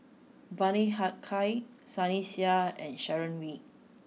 Bani Haykal Sunny Sia and Sharon Wee